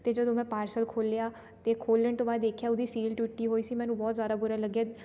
ਅਤੇ ਜਦੋਂ ਮੈਂ ਪਾਰਸਲ ਖੋਲ੍ਹਿਆ ਅਤੇ ਖੋਲ੍ਹਣ ਤੋਂ ਬਾਅਦ ਦੇਖਿਆ ਉਹਦੀ ਸੀਲ ਟੁੱਟੀ ਹੋਈ ਸੀ ਮੈਨੂੰ ਬਹੁਤ ਜ਼ਿਆਦਾ ਬੁਰਾ ਲੱਗਿਆ